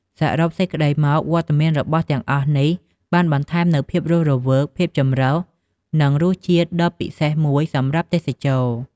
សរុបសេចក្តីមក វត្តមានរបស់ទាំងអស់នេះបានបន្ថែមនូវភាពរស់រវើក ភាពចម្រុះ និងរសជាតិដ៏ពិសេសមួយសម្រាប់ទេសចរ។